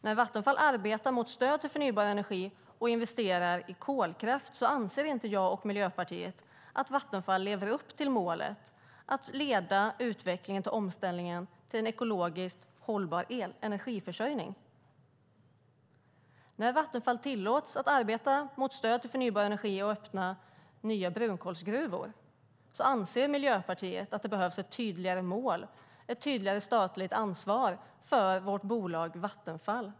När Vattenfall arbetar mot stöd till förnybar energi och investerar i kolkraft anser jag och Miljöpartiet att Vattenfall inte lever upp till målet att leda utvecklingen av omställningen till en ekologiskt hållbar energiförsörjning. När Vattenfall tillåts arbeta mot stöd till förnybar energi och öppnar nya brunkolsgruvor anser Miljöpartiet att det behövs ett tydligare mål och ett tydligare statligt ansvar för vårt bolag Vattenfall.